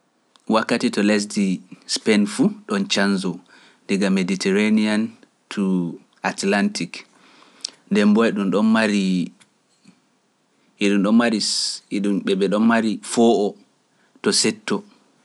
Wakkati to leddi spain fu e canjo nden bo e be don mari fo'o setto